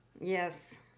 Yes